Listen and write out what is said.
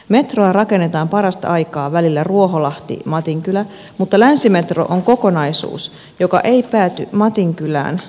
metroa rakennetaan parasta aikaa välillä ruoholahtimatinkylä mutta länsimetro on kokonaisuus joka ei pääty matinkylään